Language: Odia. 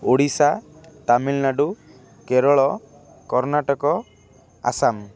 ଓଡ଼ିଶା ତାମିଲନାଡ଼ୁ କେରଳ କର୍ଣ୍ଣାଟକ ଆସାମ